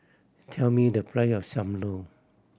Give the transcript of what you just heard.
tell me the price of Sam Lau